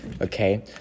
okay